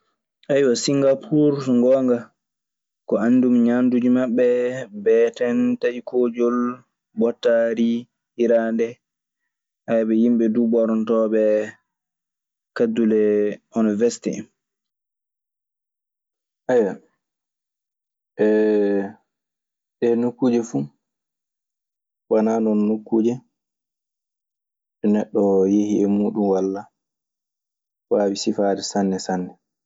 singapur gonga ko anndu mi, ŋamduji maɓe ɓeeten tayikoƴol, ɓootari, yiraɗe, ɓe yimɓe dun ɓornotoɓe kadule hono weste heb. Ɗee nokkuuje fu wanaa non nokkuuje ɗe neɗɗo yehi e muuɗun walla waawi sifaade sanne sanne.